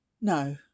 No